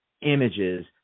images